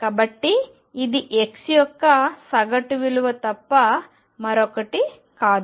కాబట్టి ఇది x యొక్క సగటు విలువ తప్ప మరొకటి కాదు